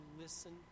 listen